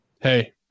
hey